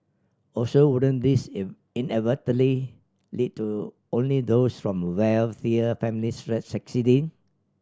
also wouldn't this inadvertently lead to only those from wealthier families succeeding